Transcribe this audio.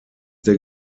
der